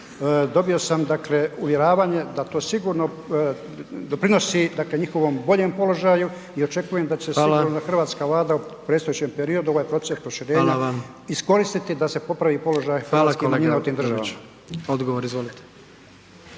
dobio sam uvjeravanje da to sigurno doprinosi njihovom boljem položaju i očekujem da će se sigurno hrvatska Vlada u predstojećem periodu ovaj proces proširenja iskoristiti da se popravi položaj hrvatskih manjina u tim državama.